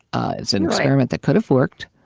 ah it's an experiment that could've worked,